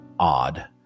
odd